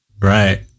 Right